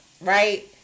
right